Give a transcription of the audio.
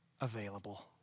available